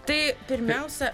tai pirmiausia